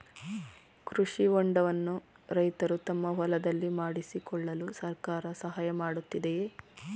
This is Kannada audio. ಕೃಷಿ ಹೊಂಡವನ್ನು ರೈತರು ತಮ್ಮ ಹೊಲದಲ್ಲಿ ಮಾಡಿಕೊಳ್ಳಲು ಸರ್ಕಾರ ಸಹಾಯ ಮಾಡುತ್ತಿದೆಯೇ?